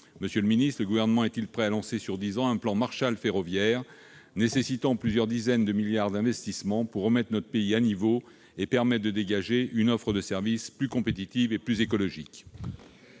Monsieur le ministre, le Gouvernement est-il prêt à lancer sur dix ans un plan Marshall ferroviaire nécessitant plusieurs dizaines de milliards d'euros d'investissements pour remettre notre pays à niveau et permettre de dégager une offre de service plus compétitive et plus écologique ?